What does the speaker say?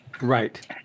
Right